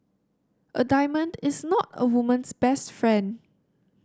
a diamond is not a woman's best friend